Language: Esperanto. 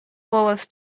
povas